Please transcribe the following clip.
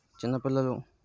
చిన్నపిల్లలు